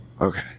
okay